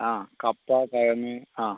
ആ കപ്പ പുഴമീൻ ആ